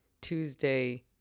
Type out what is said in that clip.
Tuesday